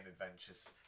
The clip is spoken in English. Adventures